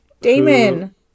Damon